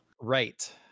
right